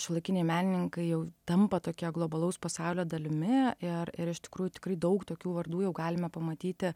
šiuolaikiniai menininkai jau tampa tokie globalaus pasaulio dalimi ir ir iš tikrųjų tikrai daug tokių vardų jau galime pamatyti